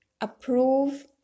approve